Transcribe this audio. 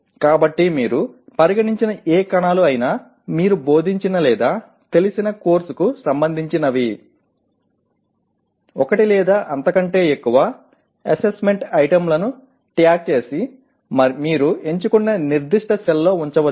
కాబట్టి మీరు పరిగణించిన ఏ కణాలు అయినా మీరు బోధించిన లేదా తెలిసిన కోర్సుకు సంబంధించినవి ఒకటి లేదా అంతకంటే ఎక్కువ అసెస్మెంట్ ఐటెమ్లను ట్యాగ్ చేసి మీరు ఎంచుకున్న నిర్దిష్ట సెల్లో ఉంచవచ్చు